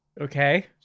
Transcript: Okay